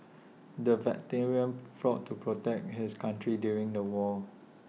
the veteran fought to protect his country during the war